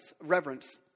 reverence